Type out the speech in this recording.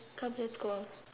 come let's go out